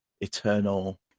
eternal